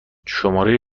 شماره